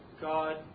God